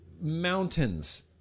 mountains